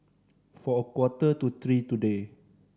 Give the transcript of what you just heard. for a quarter to three today